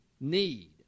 Need